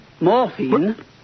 Morphine